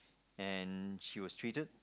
and she was treated